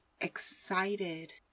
excited